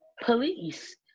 police